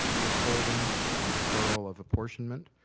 withholding and deferral of apportionment.